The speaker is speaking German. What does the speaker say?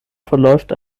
verläuft